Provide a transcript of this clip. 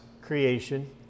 creation